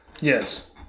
Yes